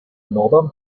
northern